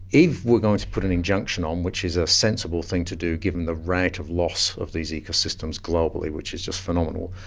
if we are going to put an injunction on, which is a sensible thing to do given the rate of loss of these ecosystems globally, which is just phenomenal,